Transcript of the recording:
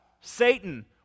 Satan